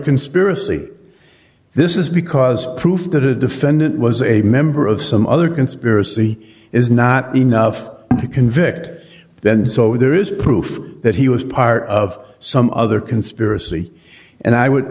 conspiracy this is because proof that a defendant was a member of some other conspiracy is not enough to convict then so there is proof that he was part of some other conspiracy and i would